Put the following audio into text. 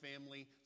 family